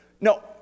No